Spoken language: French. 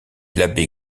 l’abbé